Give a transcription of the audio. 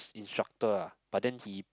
instructor ah but then he